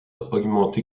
augmente